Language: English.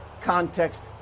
context